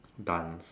dance